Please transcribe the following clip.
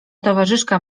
towarzyszka